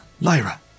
Lyra